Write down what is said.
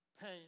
pain